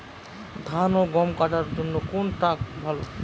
ধান ও গম কাটার জন্য কোন ট্র্যাক্টর ভালো?